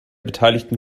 beteiligten